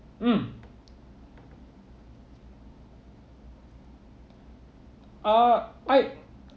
mm ah I